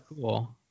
Cool